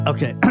Okay